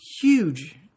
huge